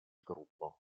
gruppo